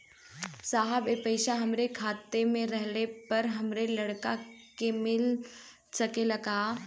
साहब ए पैसा हमरे ना रहले पर हमरे लड़का के मिल सकेला का?